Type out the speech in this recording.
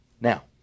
now